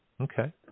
okay